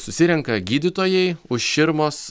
susirenka gydytojai už širmos